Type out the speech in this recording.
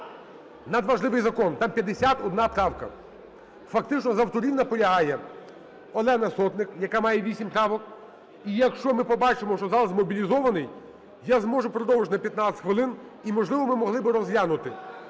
Надважливий закон, там 51 правка. Фактично з авторів наполягає Олена Сотник, яка має 8 правок. І якщо ми побачимо, що зал змобілізований, я зможу продовжити на 15 хвилин, і, можливо ми могли би розглянути.